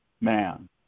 man